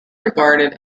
regarded